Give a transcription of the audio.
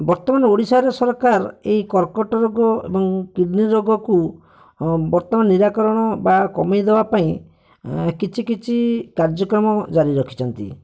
ବର୍ତ୍ତମାନ ଓଡ଼ିଶାରେ ସରକାର ଏଇ କର୍କଟ ରୋଗ ଏବଂ କିଡ଼ନୀ ରୋଗକୁ ବର୍ତ୍ତମାନ ନିରାକରଣ ବା କମେଇଦେବା ପାଇଁ କିଛି କିଛି କାର୍ଯ୍ୟକ୍ରମ ଜାରି ରଖିଛନ୍ତି